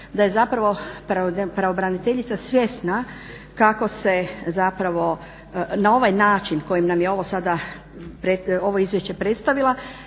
da je zapravo pravobraniteljica svjesna kako se zapravo na ovaj način kojim nam je ovo sada ovo izvješće predstavila